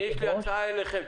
אני יש לי הצעה אליכם.